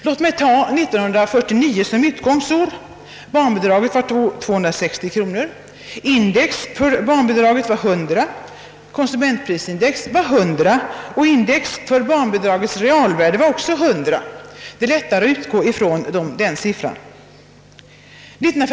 Låt mig ta 1949 som utgångsår. Barnbidraget var då 260 kronor, index för barnbidraget var 100 och konsumentprisindex 100. Index för barnbidragets realvärde var alltså 100 — det är lättare att utgå från dessa siffror.